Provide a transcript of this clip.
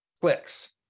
clicks